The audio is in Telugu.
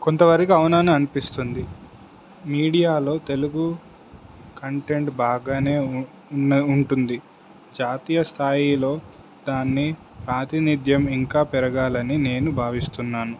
కొంతవరకి అవును అనే అనిపిస్తుంది మీడియాలో తెలుగు కంటెంట్ బాగానే ఉన్న ఉంటుంది జాతీయ స్థాయిలో దాన్ని ప్రాతినిధ్యం ఇంకా పెరగాలని నేను భావిస్తున్నాను